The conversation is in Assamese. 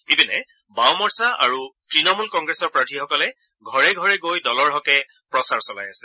ইপিনে বাওঁমৰ্চা আৰু তৃণমূল কংগ্ৰেছৰ প্ৰাৰ্থীসকলে ঘৰে ঘৰে গৈ দলৰ হকে প্ৰচাৰ চলাই আছে